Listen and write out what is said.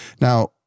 Now